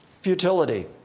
Futility